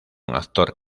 actor